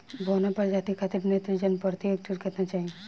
बौना प्रजाति खातिर नेत्रजन प्रति हेक्टेयर केतना चाही?